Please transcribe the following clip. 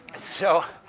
so,